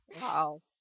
Wow